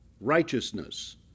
righteousness